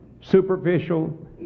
superficial